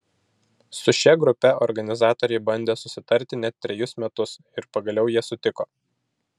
su šia grupe organizatoriai bandė susitarti net trejus metus ir pagaliau jie sutiko